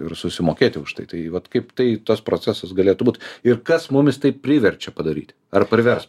ir susimokėti už tai tai vat kaip tai tas procesas galėtų būt ir kas mumis taip priverčia padaryti ir priverstų